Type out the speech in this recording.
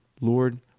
Lord